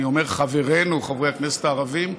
אני אומר: חברינו חברי הכנסת הערבים,